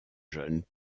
jeunes